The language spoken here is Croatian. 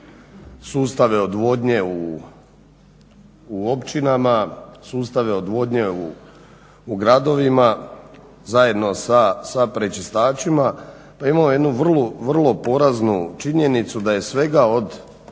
sustave odvodnje u općinama, sustave odvodnje u gradovima, zajedno sa prečistačima. Pa imamo jednu vrlo poraznu činjenicu da je svega od